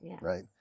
right